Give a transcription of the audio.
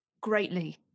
greatly